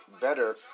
better